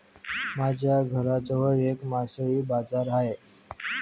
माझ्या घराजवळ एक मासळी बाजार आहे